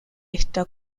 está